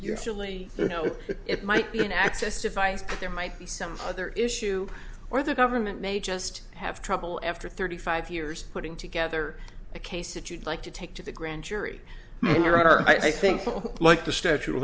surely you know it might be an access to files there might be some other issue or the government may just have trouble after thirty five years putting together a case that you'd like to take to the grand jury in your honor i think like the statute of